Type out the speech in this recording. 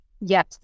Yes